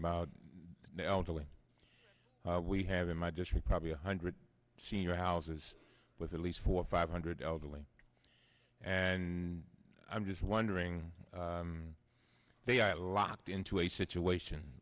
about the elderly we have in my district probably one hundred senior houses with at least four or five hundred elderly and i'm just wondering they are locked into a situation